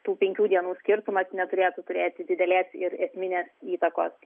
tų penkių dienų skirtumas neturėtų turėti didelės ir esminės įtakos